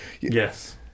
Yes